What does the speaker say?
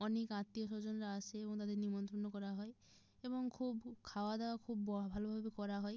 অনেক আত্মীয়স্বজনরা আসে এবং তাদের নিমন্ত্রণ করা হয় এবং খুব খাওয়া দাওয়া খুব ভালোভাবে করা হয়